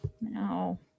No